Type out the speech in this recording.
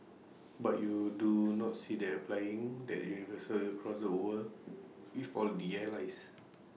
but you do not see them applying that universally across the world with all their allies